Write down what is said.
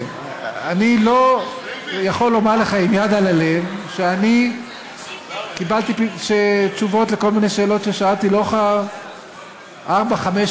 אני יכול להעיד על עצמי שאני אדם שמקבל החלטות מהר יחסית.